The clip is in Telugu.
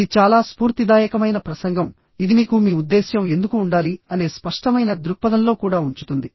ఇది చాలా స్ఫూర్తిదాయకమైన ప్రసంగం ఇది మీకు మీ ఉద్దేశ్యం ఎందుకు ఉండాలి అనే స్పష్టమైన దృక్పథంలో కూడా ఉంచుతుంది